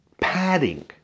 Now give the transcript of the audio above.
padding